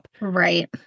Right